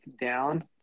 down